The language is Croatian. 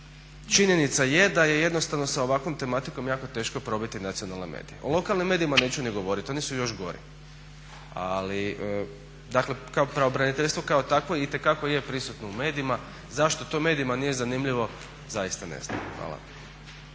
činjenica je da je jednostavno s ovakvom tematikom jako teško probiti nacionalne medije. O lokalnim medijima neću ni govoriti, oni su još gori. Dakle pravobraniteljstvo kao takvo itekako je prisutno u medijima. Zašto to medijima nije zanimljivo? Zaista ne znam. Hvala.